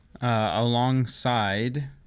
Alongside